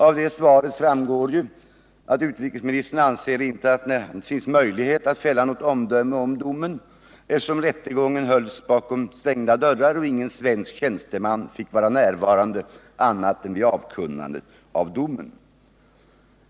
Av det svaret framgår att utrikesministern inte anser att det finns någon möjlighet att fälla ett omdöme om domen eftersom rättegången hölls bakom stängda dörrar och ingen svensk tjänsteman fick vara närvarande annat än vid avkunnandet av domen.